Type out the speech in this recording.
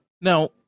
Now